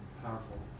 powerful